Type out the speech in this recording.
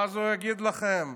ואז הוא יגיד לכם,